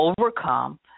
overcome